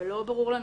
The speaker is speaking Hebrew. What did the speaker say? לא ברור לנו